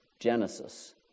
Genesis